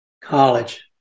College